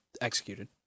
executed